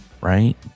right